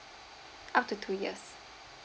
up to two years